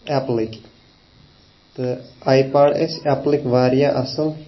اٮ۪پلٕکۍ تہٕ آیۍ پاڑ أسۍ اٮ۪پلٕکۍ واریاہ اَصل